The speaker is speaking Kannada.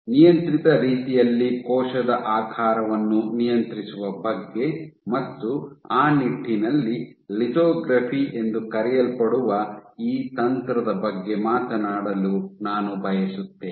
ನಿಯಂತ್ರಿತ ರೀತಿಯಲ್ಲಿ ಕೋಶದ ಆಕಾರವನ್ನು ನಿಯಂತ್ರಿಸುವ ಬಗ್ಗೆ ಮತ್ತು ಆ ನಿಟ್ಟಿನಲ್ಲಿ ಲಿಥೊಗ್ರಫಿ ಎಂದು ಕರೆಯಲ್ಪಡುವ ಈ ತಂತ್ರದ ಬಗ್ಗೆ ಮಾತನಾಡಲು ನಾನು ಬಯಸುತ್ತೇನೆ